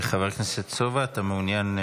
חבר הכנסת סובה, אתה מעוניין?